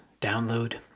download